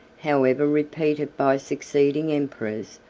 however repeated by succeeding emperors,